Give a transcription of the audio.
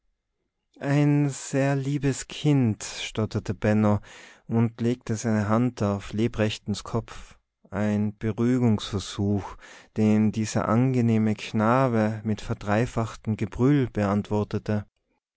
ein sehr liebes kind stotterte benno und legte seine hand auf lebrechtchens kopf ein beruhigungsversuch den dieser angenehme knabe mit verdreifachtem gebrüll beantwortete